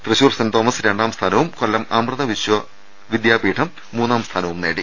Thrissur saint Thomas രണ്ടാം സ്ഥാനവും കൊല്ലം അമൃത വിശ്വ വിദ്യാ പീഠം മൂന്നാം സ്ഥാനവും നേടി